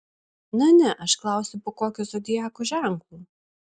na ne aš klausiu po kokiu zodiako ženklu